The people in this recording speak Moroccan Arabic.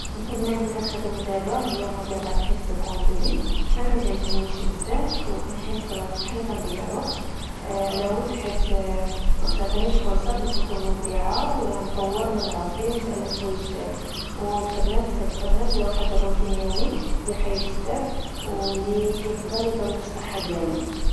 الخدمة اللي كنخدم دابا هي moderatrice de contenu، ما كتعجبنيش بزاف، وكنحس راسي بحلا كنضيع الوقت على ود حيت مكتعطينيش فرصة باش نكون مبدعة ولا نطور من راسي ونتعلم حوايج جداد، و الخدمة في هاد الخدمة فيها واحر الروتين يومي لخايب بزاف أو لي يقدر يضر بالصحة ديالنا